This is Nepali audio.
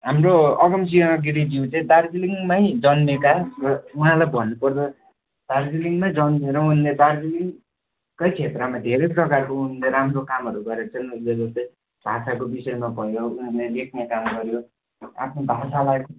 हाम्रो अगमसिंह गिरीज्यू चाहिँ दार्जिलिङमै जन्मेका र उहाँलाई भन्नुपर्दा दार्जिलिङमै जन्मेर उनले दार्जिलिङकै क्षेत्रमा धेरै प्रकारको उनले राम्रो कामहरू गरेका छन् उनले जस्तै भाषाको विषयमा भयो उनले लेख्ने काम गऱ्यो आफ्नो भाषालाई